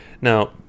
Now